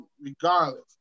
regardless